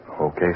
Okay